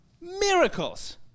miracles